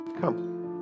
Come